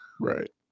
Right